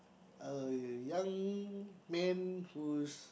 a young man who's